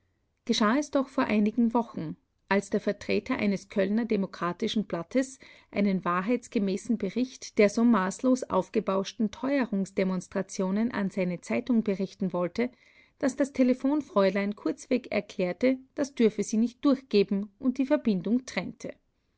geschah es doch vor einigen wochen als der vertreter eines kölner demokratischen blattes einen wahrheitsgemäßen bericht der so maßlos aufgebauschten teuerungsdemonstrationen an seine zeitung berichten wollte daß das telephonfräulein kurzweg erklärte das dürfe sie nicht durchgeben und die verbindung trennte